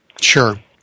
Sure